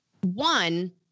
One